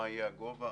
מה יהיה הגובה?